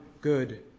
good